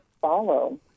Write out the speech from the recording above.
follow